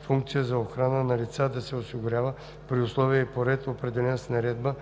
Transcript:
функция за охрана на лица да се осигурява при условия и по ред, определен с наредба